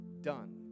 done